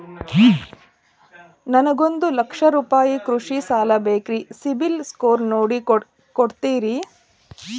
ನನಗೊಂದ ಲಕ್ಷ ರೂಪಾಯಿ ಕೃಷಿ ಸಾಲ ಬೇಕ್ರಿ ಸಿಬಿಲ್ ಸ್ಕೋರ್ ನೋಡಿ ಕೊಡ್ತೇರಿ?